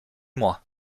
mois